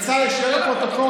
אבל בצלאל, שיהיה לפרוטוקול